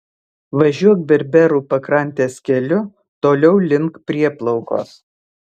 važiuok berberų pakrantės keliu toliau link prieplaukos